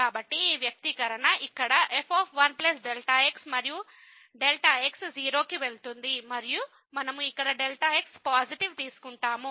కాబట్టి ఈ వ్యక్తీకరణ ఇక్కడ f 1 x మరియు x0 మరియు మనము ఇక్కడ x పాజిటివ్ తీసుకుంటాము